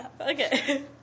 Okay